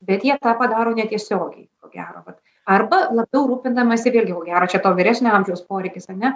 bet jie tą padaro netiesiogiai ko gero vat arba labiau rūpinamasi vėlgi ko gero čia to vyresnio amžiaus poreikis ar ne